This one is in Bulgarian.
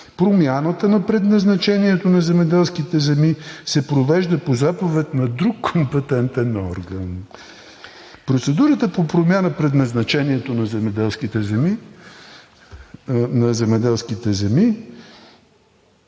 Промяната на предназначението на земеделските земи се провежда по заповед на друг компетентен орган. Процедурата по промяна предназначението на земеделските земи